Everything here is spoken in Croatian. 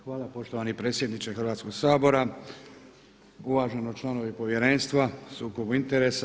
Hvala poštovani predsjedniče Hrvatskog sabora, uvaženi članovi Povjerenstva o sukobu interesa.